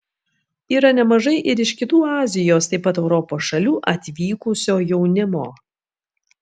yra nemažai ir iš kitų azijos taip pat europos šalių atvykusio jaunimo